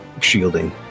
shielding